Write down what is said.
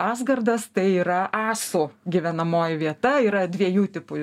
asgardas tai yra asų gyvenamoji vieta yra dviejų tipų